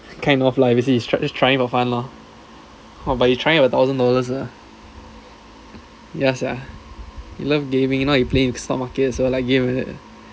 kind of lah is he he is like trying for fun lor oh but you trying with a thousand dollars ah ya sia you love gaming now you play with stock markets like game like that